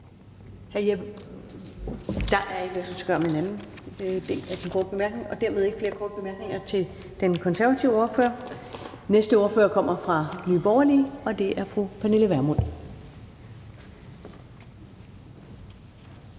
Der er ikke ønske om den anden korte bemærkning. Og dermed er der ikke flere korte bemærkninger til den konservative ordfører. Næste ordfører kommer fra Nye Borgerlige, og det er fru Pernille Vermund.